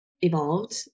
evolved